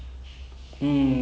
have you seen that